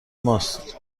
ماست